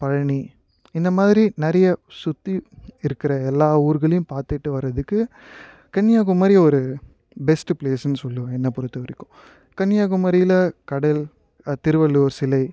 பழனி இந்த மாதிரி நிறைய சுற்றி இருக்கிற எல்லா ஊர்களையும் பார்த்துட்டு வர்றதுக்கு கன்னியாகுமரி ஒரு பெஸ்ட்டு ப்ளேஸுன்னு சொல்லுவேன் என்னை பொறுத்த வரைக்கும் கன்னியாகுமரியில் கடல் திருவள்ளுவர் சிலை